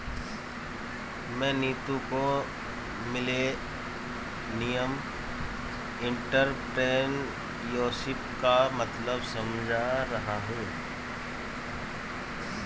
मैं नीतू को millennial entrepreneurship का मतलब समझा रहा हूं